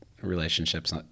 relationships